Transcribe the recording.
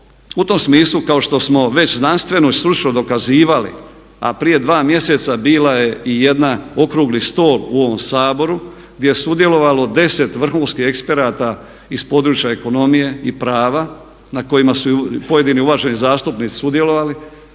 U tom smislu kao što smo već znanstveno i stručno dokazivali a prije dva mjeseca bila je i jedna, okrugli stol u ovom Saboru gdje je sudjelovalo deset vrhunskih eksperata iz područja ekonomije i prava na kojima su pojedini uvaženi zastupnici sudjelovali,